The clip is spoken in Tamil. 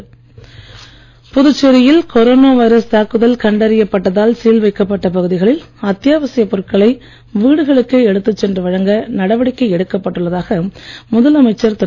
நாராயணசாமி புதுச்சேரியில் கொரோனா வைரஸ் தாக்குதல் கண்டயறியப் பட்டதால் சீல் வைக்கப்பட்ட பகுதிகளில் அத்தியாவசியப் பொருட்களை வீடுகளுக்கே எடுத்துச் சென்று வழங்க நடவடிக்கை எடுக்கப் பட்டுள்ளதாக முதலமைச்சர் திரு